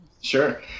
Sure